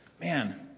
Man